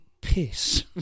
piss